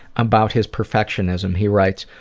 about his perfectionism. he writes,